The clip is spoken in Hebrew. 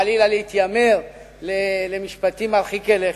חלילה מלהתיימר למשפטים מרחיקי לכת.